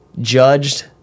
judged